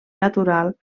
natural